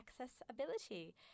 accessibility